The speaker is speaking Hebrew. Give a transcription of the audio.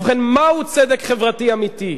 ובכן, מהו צדק חברתי אמיתי?